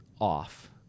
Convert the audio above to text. off